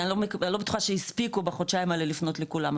כי אני לא בטוחה שהספיקו בחודשיים האלה לפנות לכולם,